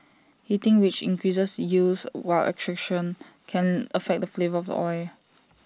heating which increases yields while extraction can affect the flavour of the oil